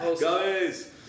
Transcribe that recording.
guys